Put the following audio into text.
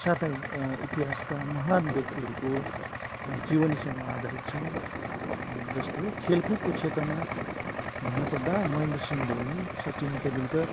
साथै इतिहासका महान व्यक्तिहरूको जीवनीसँग आधारित छन् जस्तै खेलकुदको क्षेत्रमा भन्नपर्दा महेन्द्र सिंह धोनी सचिन तेन्दुल्कर